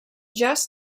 just